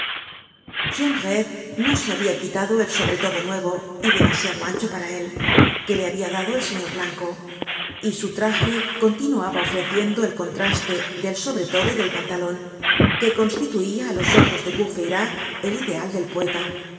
jondrette no se habia quitado el sobretodo nuevo y demasiado ancho para él que le habia dado el señor blanco y su traje continuaba ofreciendo el contraste del sobretodo y del pantalon que constituia á los ojos de courfeyrac el ideal del poeta